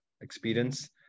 experience